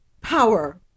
power